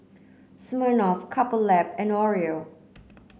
Smirnoff Couple Lab and Oreo